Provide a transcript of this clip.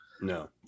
No